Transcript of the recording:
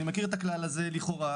אני מכיר את הכלל הזה לכאורה,